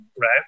Right